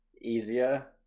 easier